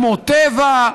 כמו טבע,